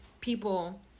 people